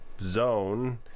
zone